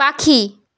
পাখি